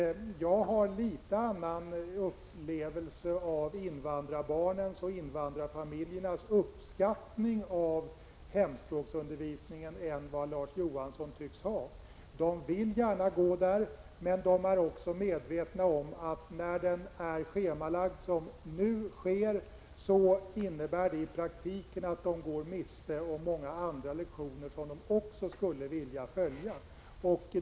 Jag har litet annan upplevelse av invandrarbarnens och invandrarföräldrarnas uppskattning av hemspråksundervisningen än vad Larz Johansson tycks ha. Eleverna vill gärna gå där, men de är också medvetna om att när undervisningen är schemalagd, som nu sker, innebär det i praktiken att de går miste om många andra lektioner som de också skulle vilja följa.